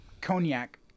Cognac